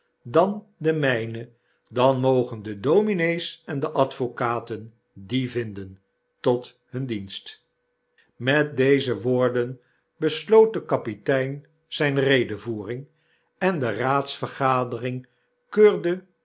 y n e dan mogen de domine's en de advocaten die vinden tot hun dienst met deze woorden besloot de kapitein zyne redevoering en de raadsvergadering keurde